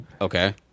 Okay